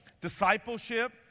discipleship